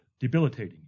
debilitating